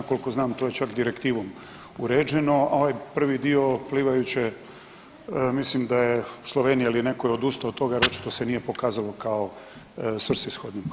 Koliko znam to je čak direktivom uređeno, a ovaj dio plivajuće mislim da je Slovenija ili netko je odustao od toga, jer očito se nije pokazalo kao svrsishodnim.